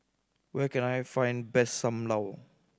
where can I find best Sam Lau